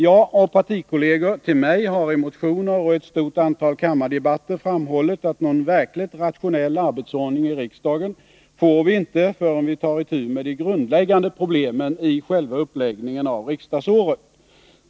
Jag och partikollegor till mig har i motioner och i ett stort antal kammardebatter framhållit att någon verkligt rationell arbetsordning i riksdagen får vi inte förrän vi tar itu med de grundläggande problemen i själva uppläggningen av riksdagsåret.